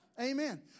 Amen